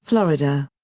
florida.